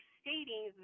stating